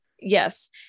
yes